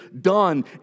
done